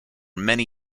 many